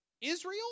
Israel